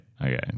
okay